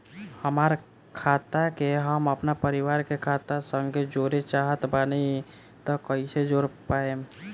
हमार खाता के हम अपना परिवार के खाता संगे जोड़े चाहत बानी त कईसे जोड़ पाएम?